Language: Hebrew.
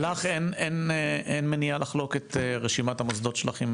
ולך אין מניעה לחלוק את רשימת המוסדות שלך?